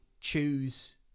choose